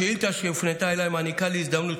השאילתה שהופנתה אליי מעניקה לי הזדמנות,